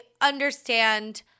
understand